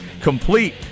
complete